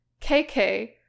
KK